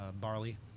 barley